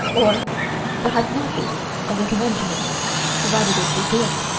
or the hypnosis of the conventional provided it be glib.